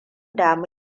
damu